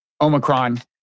Omicron